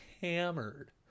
hammered